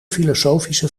filosofische